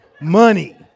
money